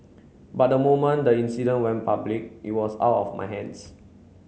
but the moment the incident went public it was out of my hands